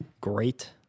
great